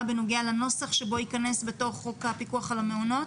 בנוגע לנוסח שייכנס בתוך חוק הפיקוח על המעונות.